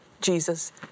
Jesus